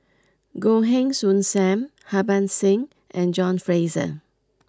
Goh Heng Soon Sam Harbans Singh and John Fraser